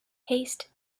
haste